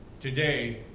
Today